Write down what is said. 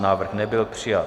Návrh nebyl přijat.